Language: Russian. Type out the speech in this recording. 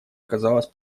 оказалась